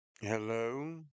Hello